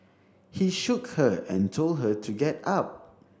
he shook her and told her to get up